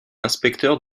inspecteur